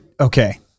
Okay